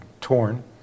torn